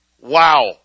wow